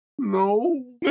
No